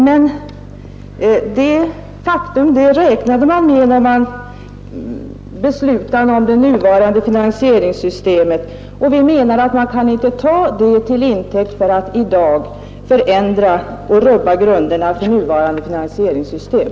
Men detta räknade man med när man beslutade om det nuvarande finansieringsystemet, och utskottsmajoriteten anser att man inte kan ta de uppkomna överskotten till intäkt för att i dag rubba grunderna för nuvarande finansieringssystem.